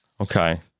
Okay